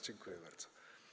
Dziękuję bardzo.